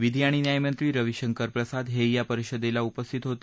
विधि आणि न्यायमंत्री रवीशंकर प्रसाद हे ही या परिषदेला उपस्थित होते